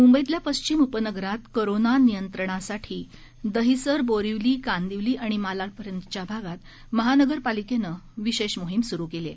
मुंबईतल्या पश्चिम उपनगरात कोरोना नियंत्रणासाठी दहिसर बोरिवली कांदिवली आणि मालाडपर्यंतच्या भागात महानगरपालिकेनं विशेष मोहीम सुरू केली आहे